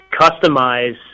customize